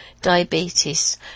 diabetes